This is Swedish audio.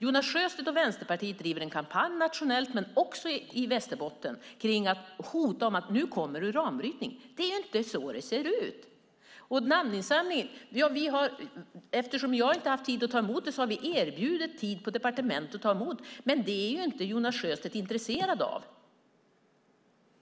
Jonas Sjöstedt och Vänsterpartiet driver en kampanj nationellt och i Västerbotten där man hotar med att uranbrytning kommer, men så ser verkligheten inte ut. Eftersom jag inte har haft tid att ta emot namninsamlingen har vi erbjudit tid på departementet, men det är Jonas Sjöstedt inte intresserad av.